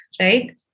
right